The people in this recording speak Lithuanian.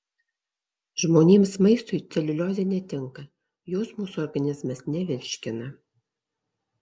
žmonėms maistui celiuliozė netinka jos mūsų organizmas nevirškina